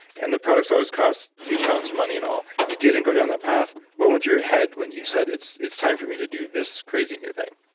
and the products always cost huge amounts of money and all. you didn't go down that path. what went through your head when you said, it's it's time for me to do this crazy new thing?